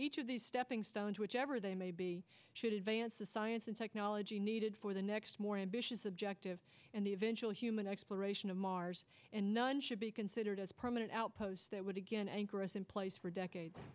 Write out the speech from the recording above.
each of these stepping stones whichever they may be should advance the science and technology needed for the next more ambitious objective and eventually human exploration of mars and none should be considered as permanent outposts that would again ankara's in place for decades